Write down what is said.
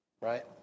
Right